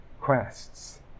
quests